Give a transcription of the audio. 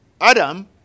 Adam